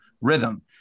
rhythm